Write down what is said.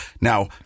Now